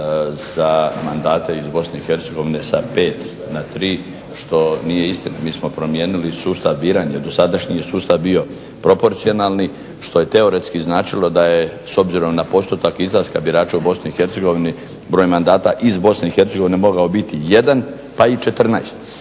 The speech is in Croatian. i Hercegovine sa 5 na 3. Nije točno, mi smo promijenili sustav biranja, dosadašnji je sustav bio proporcionalni, što je teoretski značilo da je s obzirom na postotak izlaska birača u Bosni i Hercegovini, broj mandata iz BIH mogao biti jedan pa i 14.